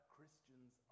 Christians